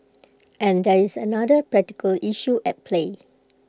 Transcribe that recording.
and there is another practical issue at play